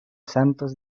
santos